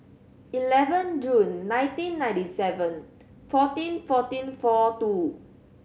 eleven June nineteen ninety seven fourteen fourteen four two